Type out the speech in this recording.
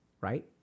right